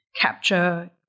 capture